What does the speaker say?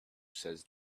says